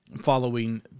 Following